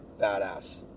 badass